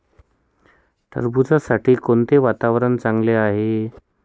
टरबूजासाठी कोणते वातावरण चांगले आहे?